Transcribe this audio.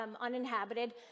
uninhabited